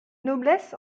noblesse